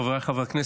חבריי חברי הכנסת,